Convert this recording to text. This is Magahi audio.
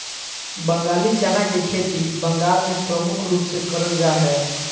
बंगाली चना के खेती बंगाल मे प्रमुख रूप से करल जा हय